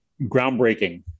Groundbreaking